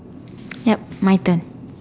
yep my turn